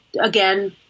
again